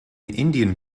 indian